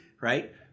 right